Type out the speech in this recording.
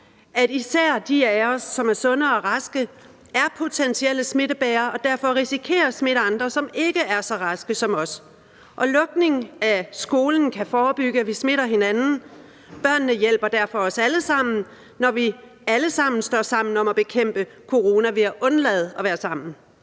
at især de af os, som er sunde og raske, er potentielle smittebærere og derfor risikerer at smitte andre, som ikke er så raske som os. Og lukningen af skolen kan forebygge, at vi smitter hinanden. Børnene hjælper derfor os alle sammen, når vi alle sammen står sammen om at bekæmpe corona ved at undlade at være sammen.